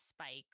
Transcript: spikes